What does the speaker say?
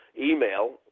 email